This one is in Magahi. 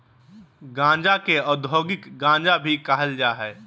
गांजा के औद्योगिक गांजा भी कहल जा हइ